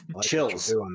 chills